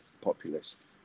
populist